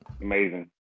Amazing